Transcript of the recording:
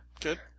Good